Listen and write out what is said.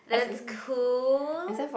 that's cool